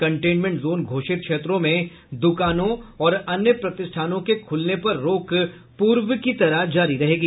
containment zone घोषित क्षेत्रों में दुकानों और अन्य प्रतिष्ठानों के खुलने पर रोक पूर्व की तरह जारी रहेगी